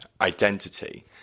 identity